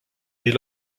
est